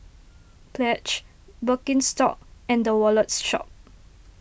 Pledge Birkenstock and the Wallet Shop